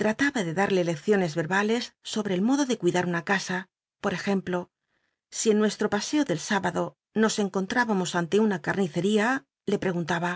trataba de darlo lecciones erba lcs solwe el modo de cuidar una casa por ejemplo si en nucstro paseo del s íbado nos encontr íbamos ante una cal'lliccria le preguntaba